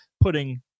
putting